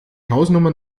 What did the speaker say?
hausnummer